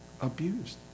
abused